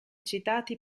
citati